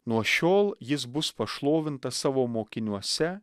nuo šiol jis bus pašlovintas savo mokiniuose